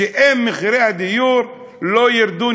ש-אם מחירי הדיור לא ירדו,